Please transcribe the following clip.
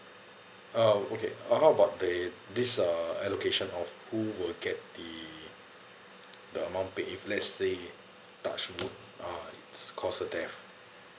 uh okay how about the this uh allocation of who will get the the amount paid if let's say touch wood uh it's caused a death